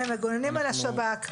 אתם מגוננים על השב"כ,